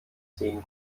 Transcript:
sehen